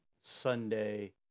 Sunday